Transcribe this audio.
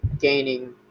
gaining